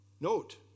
Note